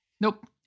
Nope